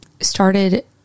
started